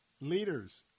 Leaders